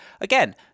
again